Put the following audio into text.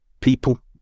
people